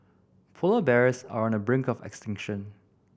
polar bears are on the brink of extinction